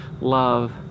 love